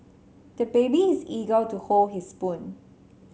the baby is eager to hold his own spoon